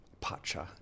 pacha